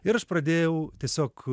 ir aš pradėjau tiesiog